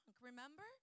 remember